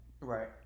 Right